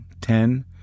ten